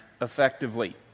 effectively